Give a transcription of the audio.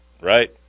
right